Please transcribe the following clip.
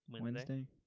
Wednesday